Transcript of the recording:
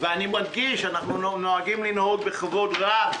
אני מדגיש, אנחנו נוהגים לנהוג בכבוד רב.